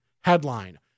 headline